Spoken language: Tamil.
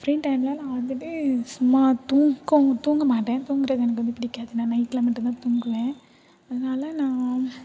ஃப்ரீ டைம்ல நான் வந்துட்டு சும்மா தூக்கம் தூங்க மாட்டேன் தூங்குறது எனக்கு வந்து பிடிக்காது நான் நைட்ல மட்டுந்தான் தூங்குவேன் அதனால நான்